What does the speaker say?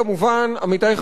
עמיתי חברי הכנסת,